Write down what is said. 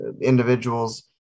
individuals